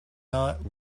not